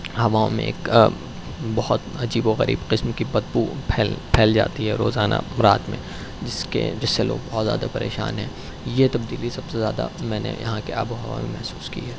ہواؤں میں ایک بہت عجیب و غریب قسم کی بدبو پھیل پھیل جاتی ہے روزانہ رات میں جس کے جس سے لوگ بہت زیادہ پریشان ہیں یہ تبدیلی سب سے زیادہ میں نے یہاں کے آب و ہوا میں محسوس کی ہے